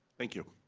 thank you.